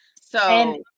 So-